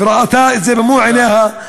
וראתה את זה במו-עיניה,